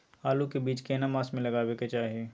आलू के बीज केना मास में लगाबै के चाही?